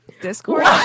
Discord